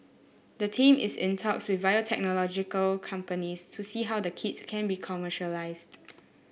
the team is in talks with biotechnological companies to see how the kits can be commercialised